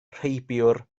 rheibiwr